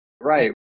Right